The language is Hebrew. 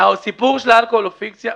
של האלכוהול הוא פיקציה,